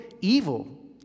evil